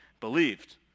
believed